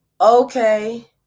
okay